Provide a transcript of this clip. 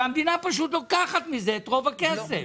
והמדינה פשוט לוקח מזה את כל רוב הכסף